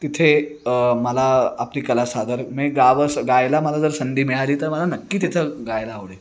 तिथे मला आपली कला सादर मी गावंसं गायला मला जर संधी मिळाली तर मला नक्की तिथं गायला आवडेल